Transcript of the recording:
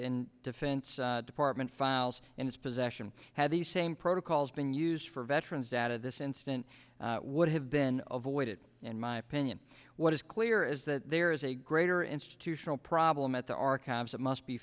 in defense department files in its possession had the same protocols been used for veterans out of this incident would have been avoided in my opinion what is clear is that there is a greater institutional problem at the archives that must be